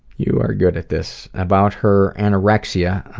you are good at this. about her anorexia,